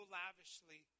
lavishly